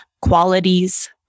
qualities